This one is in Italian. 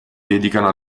dedicano